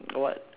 the what